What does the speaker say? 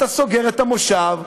אתה סוגר את המושב,